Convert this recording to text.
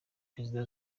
perezida